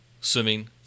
swimming